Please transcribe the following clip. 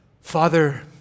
Father